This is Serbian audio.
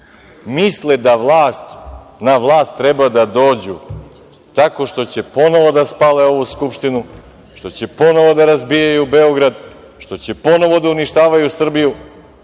misle da na vlast treba da dođu tako što će ponovo da spale ovu Skupštinu, što će ponovo da razbijaju Beograd, što će ponovo da uništavaju Srbiju,